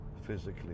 physically